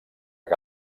que